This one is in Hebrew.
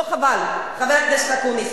לא חבל, חבר הכנסת אקוניס.